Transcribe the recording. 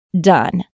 done